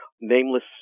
nameless